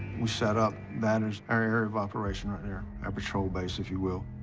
we set up, vantaged our area of operation right there, our patrol base, if you will,